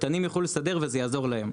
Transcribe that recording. הקטנים יוכלו לסדר ואז יעזור להם,